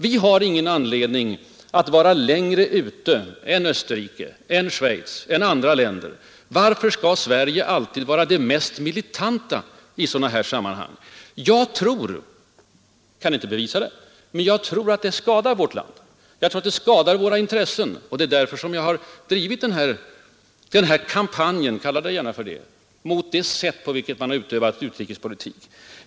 Vi har ingen anledning att vara ”längre ute” än Österrike, Schweiz och andra länder. Varför skall Sverige alltid vara det mest militanta landet i sådana här sammanhang? Jag tror att detta skadar vårt land och våra intressen. Det är därför jag har drivit den här kampanjen — kalla det gärna för det — mot det sätt på vilket regeringen under senare år utövat utrikespolitik.